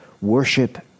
Worship